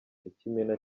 ikimina